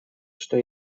что